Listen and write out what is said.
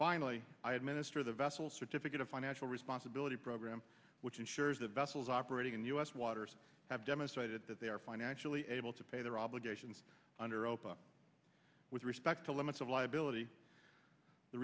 finally i administer the vessel certificate of financial responsibility program which ensures that vessels operating in the us waters have demonstrated that they are financially able to pay their obligations under obama with respect to limit liability the